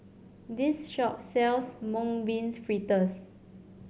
this shop sells Mung Bean Fritters